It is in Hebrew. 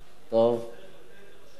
אז אני אסביר לך.